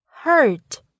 hurt